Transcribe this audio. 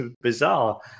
bizarre